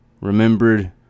remembered